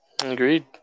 Agreed